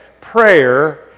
prayer